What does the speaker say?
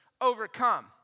overcome